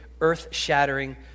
earth-shattering